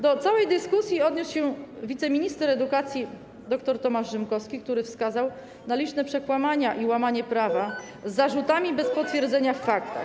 Do całej dyskusji odniósł się wiceminister edukacji dr Tomasz Rzymkowski, który wskazał na liczne przekłamania i łamanie prawa, formułowanie zarzutów bez potwierdzenia w faktach.